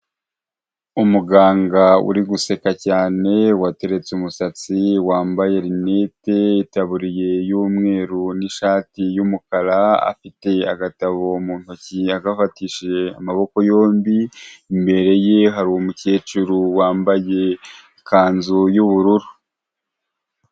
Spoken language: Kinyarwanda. Umuganga uri guseka cyane wateretse umusatsi, wambaye linete, itaburiye y'umweru n'ishati y'umukara, afite agatabo mu ntoki yagafatishije amaboko yombi imbere ye hari umukecuru wambaye ikanzu y'ubururu.